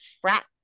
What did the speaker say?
frat